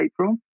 April